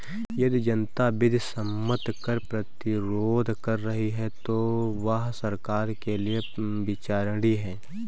यदि जनता विधि सम्मत कर प्रतिरोध कर रही है तो वह सरकार के लिये विचारणीय है